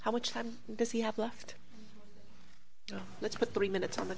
how much time does he have left let's put three minutes on th